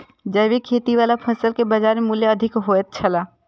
जैविक खेती वाला फसल के बाजार मूल्य अधिक होयत छला